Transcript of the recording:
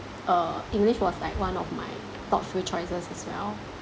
uh english was like one of my top few choices as well